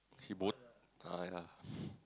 he bot~ ah ya